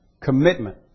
commitment